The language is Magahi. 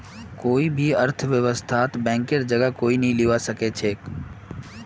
कोई भी अर्थव्यवस्थात बैंकेर जगह कोई नी लीबा सके छेक